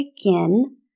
again